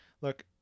Look